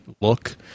look